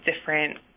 different